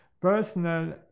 personal